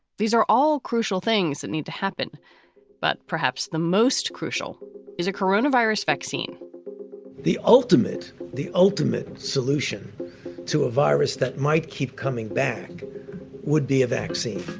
these are all crucial things that need to happen but perhaps the most crucial is a coronavirus vaccine the ultimate the ultimate solution to a virus that might keep coming back would be a vaccine.